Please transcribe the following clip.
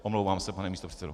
Omlouvám se, pane místopředsedo.